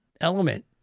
element